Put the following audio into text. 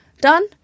done